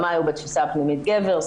במאי הוא בתפיסה הפנימית גבר,